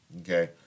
okay